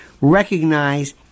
recognize